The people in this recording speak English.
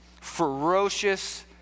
ferocious